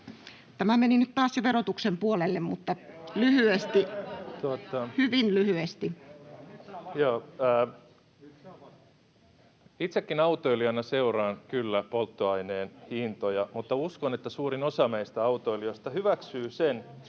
[Ben Zyskowicz: Seuraava!] lyhyesti, hyvin lyhyesti. Itsekin autoilijana seuraan kyllä polttoaineen hintoja, mutta uskon, että suurin osa meistä autoilijoista hyväksyy sen,